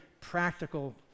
practical